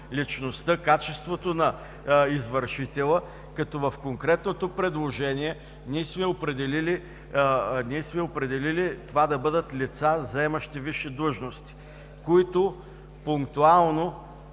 личността, качеството на извършителя, като в конкретното предложение ние сме определили това да бъдат лица, заемащи висши длъжности, които пунктуално,